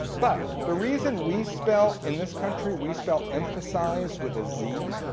but the reason we spell in this country we spell emphasize with a z,